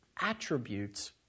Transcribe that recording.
attributes